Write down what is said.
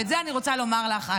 ואת זה אני רוצה לומר לך,